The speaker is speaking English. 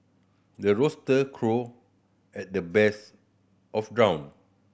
the rooster crow at the best of dawn